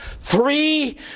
Three